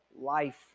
life